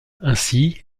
ainsi